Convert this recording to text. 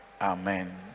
amen